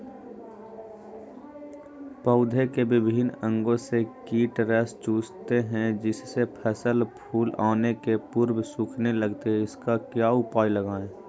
पौधे के विभिन्न अंगों से कीट रस चूसते हैं जिससे फसल फूल आने के पूर्व सूखने लगती है इसका क्या उपाय लगाएं?